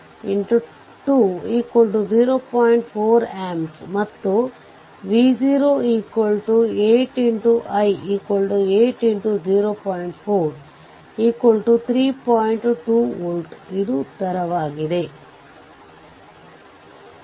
ಮೊದಲು ಇದನ್ನು ತೆರೆಯಬೇಕು ತದನಂತರ Thevenin voltage VThevenin Voc open circuit voltage ಅನ್ನು ಕಂಡುಹಿಡಿಯಬೇಕು